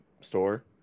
store